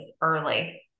early